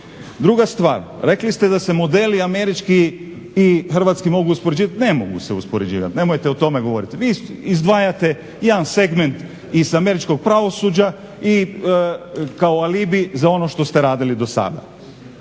Druga stvar, rekli ste da se modeli Američki i Hrvatski mogu uspoređivati, ne mogu se uspoređivati, nemojte o tome govoriti. Vi izdvajate jedan segment iz američkog pravosuđa i kao alibi za ono što ste radili do sada.